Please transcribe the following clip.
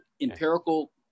empirical